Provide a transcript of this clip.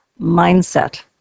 mindset